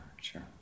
sure